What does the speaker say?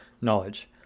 knowledge